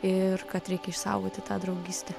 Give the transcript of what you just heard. ir kad reikia išsaugoti tą draugystę